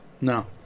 No